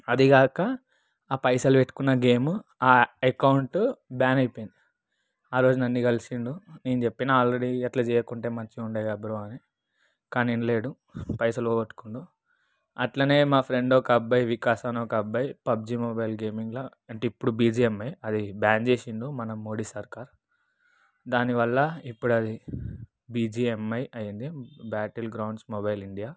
అదిగాక ఆ పైసలు పెట్టుకున్న గేమ్ ఆ ఎకౌంటు బ్యాన్ అయిపోయింది ఆరోజు నన్ను కలిసాడు నేను చెప్పినా ఆల్రెడీ అట్ల చేయకుంటే మంచిగా ఉండే కదా బ్రో అని కానీ వినలేదు పైసలు పోగొట్టుకున్నాడు అట్లనే మా ఫ్రెండు ఒక అబ్బాయి వికాస్ అనే ఒక అబ్బాయి పబ్జి మొబైల్ గేమింగ్లో అంటే ఇప్పుడు బిజిఎంఐ అది బ్యాన్ చేసాడు మన మోడీ సర్కార్ దాని వల్ల ఇప్పుడు అది బిజిఎంఐ అయింది బ్యాటిల్ గ్రౌండ్స్ మొబైల్ ఇండియా